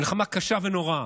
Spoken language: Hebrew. מלחמה קשה ונוראה,